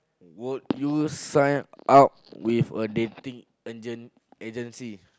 would you sign up with a dating agent agency